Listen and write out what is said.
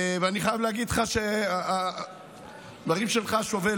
אני חייב להגיד לך שהדברים שלך שובי